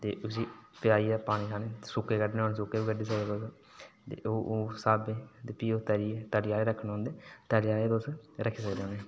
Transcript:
ते उसी पाइयै पानी सुक्के कड्ढने होग सुक्के कड्ढे ते प्ही ओह् तरी आह्ले कड्ढने होने ते तरी आह्ले तुस रक्खी सकदे उ'नेंगी